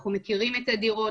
אנחנו מכירים את הדירות,